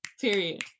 Period